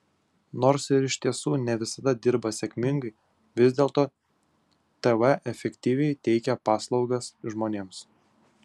nors ir iš tiesų ne visada dirba sėkmingai vis dėlto tv efektyviai teikia paslaugas žmonėms